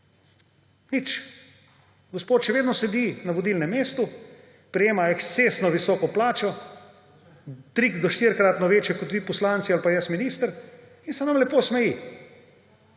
nič – gospod še vedno sedi na vodilnem mestu, prejema ekscesno visoko plačo, tri- do štirikratno večjo kot vi poslanci ali pa jaz minister, in se nam lepo smeji.